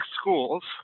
schools